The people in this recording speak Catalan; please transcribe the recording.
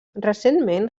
recentment